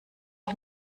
ich